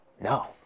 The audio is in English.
no